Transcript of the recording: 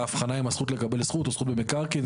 ההבחנה אם זכות לקבל זכות או זכות במקרקעין,